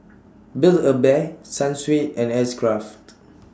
Build A Bear Sunsweet and X Craft